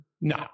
no